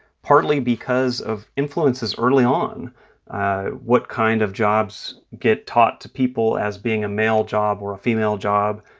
partly because of influences early on what kind of jobs get taught to people as being a male job or a female job.